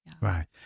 Right